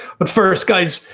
but first guys,